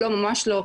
לא, ממש לא.